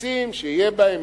כיסים שיהיה בהם,